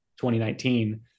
2019